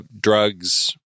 drugs